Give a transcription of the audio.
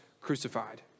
crucified